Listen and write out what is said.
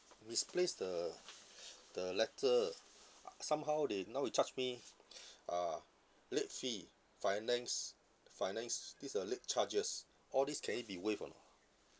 misplace the the letter somehow they now they charge me uh late fee finance finance this uh late charges all this can it be waived or not